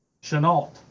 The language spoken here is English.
Chenault